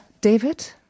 David